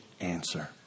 answer